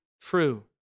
true